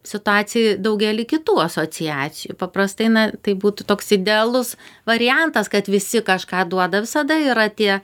situacijoj daugelį kitų asociacijų paprastai na tai būtų toks idealus variantas kad visi kažką duoda visada yra tie